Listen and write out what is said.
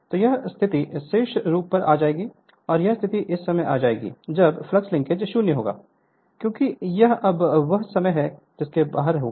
तो यह स्थिति शीर्ष पर आ जाएगी और यह स्थिति इस समय आ जाएगी जब फ्लक्स लिंकेज 0 होगा क्योंकि यह अब उस समय के बाहर होगा